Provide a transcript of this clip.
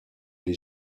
les